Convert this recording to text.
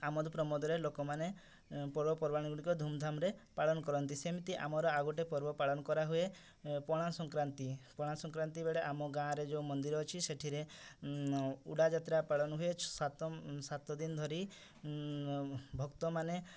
ଆମୋଦ ପ୍ରମୋଦରେ ଲୋକମାନେ ପର୍ବପର୍ବାଣୀଗୁଡ଼ିକ ଧୂମ୍ଧାମ୍ରେ ପାଳନ କରନ୍ତି ସେମିତି ଆମର ଆଉ ଗୋଟିଏ ପର୍ବ ପାଳନ କରାହୁଏ ପଣା ସଂକ୍ରାନ୍ତି ପଣା ସଂକ୍ରାନ୍ତି ବେଳେ ଆମ ଗାଁରେ ଯେଉଁ ମନ୍ଦିର ଅଛି ସେଥିରେ ଉଡ଼ା ଯାତ୍ରା ପାଳନ ହୁଏ ସାତ ସାତ ଦିନ ଧରି ଭକ୍ତମାନେ